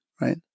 right